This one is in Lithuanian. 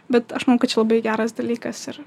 bet aš manau kad čia labai geras dalykas yra